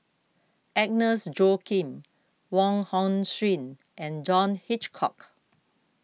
Agnes Joaquim Wong Hong Suen and John Hitchcock